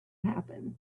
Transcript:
happen